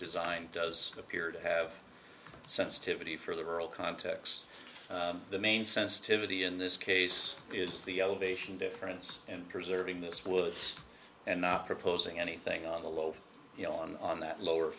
design does appear to have sensitivity for the rural context the main sensitivity in this case is the elevation difference and preserving this was and not proposing anything on the low you know on that lower